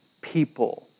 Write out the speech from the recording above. people